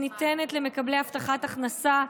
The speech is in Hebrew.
שניתנת למקבלי הבטחת הכנסה,